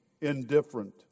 indifferent